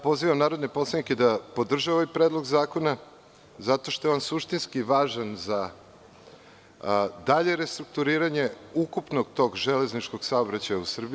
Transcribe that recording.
Pozivam narodne poslanike da podrže ovaj predlog zakona zato što je on suštinski važan za dalje restrukturiranje ukupnog železničkog saobraćaja u Srbiji.